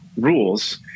rules